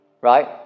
right